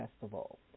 festival